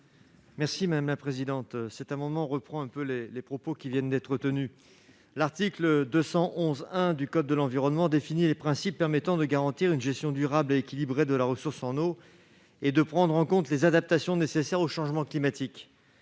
Merci madame la présidente, cet amendement reprend un peu les les propos qui viennent d'être tenus, l'article 211 1 du code de l'environnement, définit les principes permettant de garantir une gestion durable et équilibrée de la ressource en eau et de prendre en compte les adaptations nécessaires au changement climatique,